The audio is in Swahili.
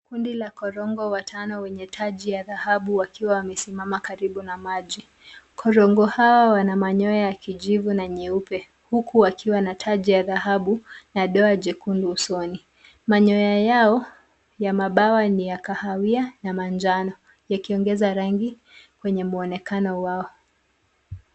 Kundi la korongo watono wenye taji ya taabu wakiwa wamesimama karibu na maji. Korongo hao wana manyoya ya kijivu na nyeupe huku wakiwa na taji ya dhahabu na doa jekundu usoni. Manyoya yao ya mabawa ni ya kahawia na manjano yakiongeza rangi kwenye mwonekano wao.